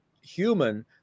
human